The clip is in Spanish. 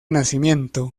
nacimiento